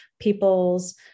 people's